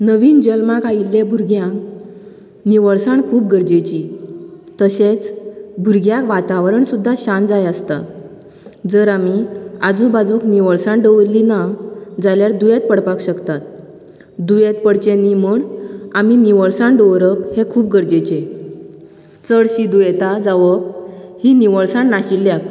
नवीन जल्माक आयिल्ले भुरग्यांक निवळसाण खूब गरजेची तशेंच भुरग्याक वातावरण सुद्दां शांत जाय आसता जर आमी आजू बाजूक निवळसाण दवरली ना जाल्यार दुयेंत पडपाक शकतात दुयेंत पडचें न्ही म्हूण आमी निवळसाण दवरप हें खूब गरजेचें चडशीं दुयेसां जावप ही निवळसाण नाशिल्ल्याक